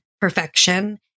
perfection